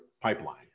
pipeline